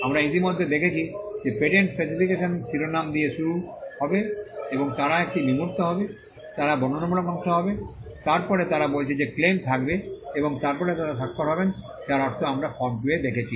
আমরা ইতিমধ্যে দেখেছি যে পেটেন্ট স্পেসিফিকেশন শিরোনাম দিয়ে শুরু হবে তারা একটি বিমূর্ত হবে তারা বর্ণনামূলক অংশ হবে তারপরে তারা বলেছে যে ক্লেম থাকবে এবং তারপরে তারা স্বাক্ষর হবেন যার অর্থ আমরা ফর্ম 2 এ দেখেছি